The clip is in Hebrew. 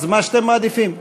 אז מה שאתם מעדיפים,